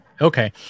okay